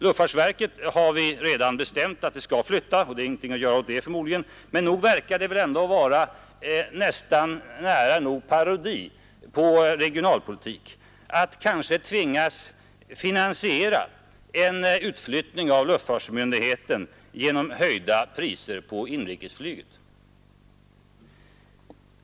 Luftfartsverket, har vi redan bestämt, skall flytta, och det är förmodligen ingenting att göra åt det. Men nog verkar det vara parodi på regionalpolitik att kanske tvingas finansiera en utflyttning av luftfartsmyndigheten genom höjda priser på inrikesflyget.